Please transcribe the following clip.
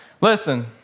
Listen